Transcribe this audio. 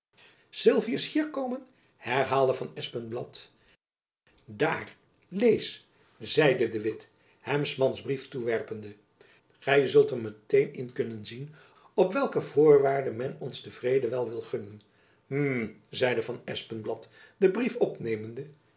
sylvius hier komen herhaalde van espenblad daar lees zeide de witt hem s mans brief toewerpende gy zult er met-een in kunnen zien op welke voorwaarden men ons dep vrede wel wil gunnen hm zeide van espenblad den brief opnemende